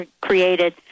created